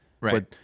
Right